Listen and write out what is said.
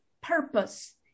purpose